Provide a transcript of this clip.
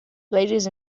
ladies